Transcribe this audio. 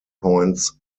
points